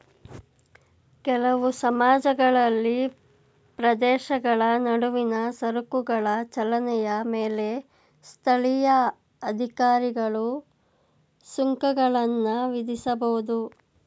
ಕೆಲವು ಸಮಾಜಗಳಲ್ಲಿ ಪ್ರದೇಶಗಳ ನಡುವಿನ ಸರಕುಗಳ ಚಲನೆಯ ಮೇಲೆ ಸ್ಥಳೀಯ ಅಧಿಕಾರಿಗಳು ಸುಂಕಗಳನ್ನ ವಿಧಿಸಬಹುದು